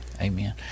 Amen